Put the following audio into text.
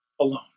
alone